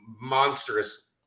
monstrous